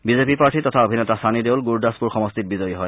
BJP প্ৰাৰ্থী তথা অভিনেতা ছানি দেউল গুৰদাসপুৰ সমষ্টিত বিজয়ী হয়